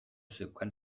zeukan